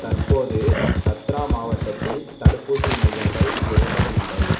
தற்போது சத்ரா மாவட்டத்தில் தடுப்பூசி மையங்கள் எதுவும் இல்லை